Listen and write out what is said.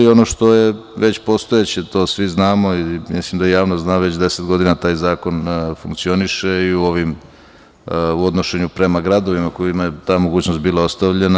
Ono što je već postojeće, to svi znamo, mislim da i javnost zna, već 10 godina taj zakon funkcioniše i u odnošenju prema gradovima kojima je ta mogućnost bila ostavljena.